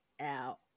out